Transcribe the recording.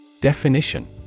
Definition